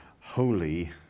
holy